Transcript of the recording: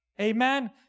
amen